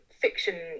fiction